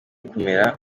kumera